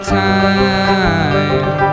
time